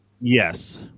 Yes